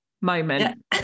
moment